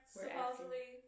supposedly